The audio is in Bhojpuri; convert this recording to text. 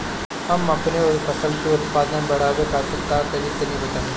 हम अपने फसल के उत्पादन बड़ावे खातिर का करी टनी बताई?